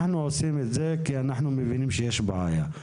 אנחנו עושים את זה כי אנחנו מבינים שיש בעיה.